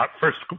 First